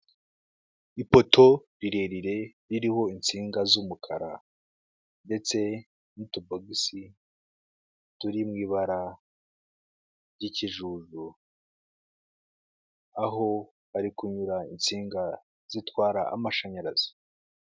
Ipoto rirerire ririho insinga z'umukara ndetse n'utubogisi turi mu ibara ry'ikijuju, aho bari kunyura insinga zitwara amashanyarazi.